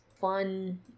fun